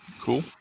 Cool